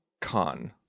Con